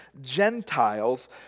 Gentiles